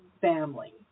family